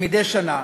שמדי שנה